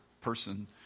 person